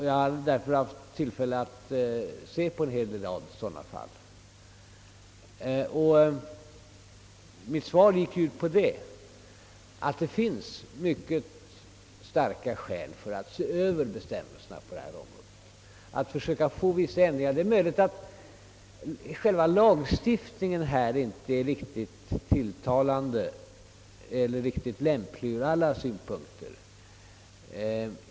Jag har därför haft tillfälle att studera en hel del dylika ärenden, Mitt svar gick ju ut på att mycket starka skäl talar för att dessa bestämmelser behöver ses över och att man bör försöka få vissa ändringar till stånd. Det är möjligt att själva lagstiftningen här inte är riktigt lämplig ur alla synpunkter.